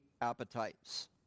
appetites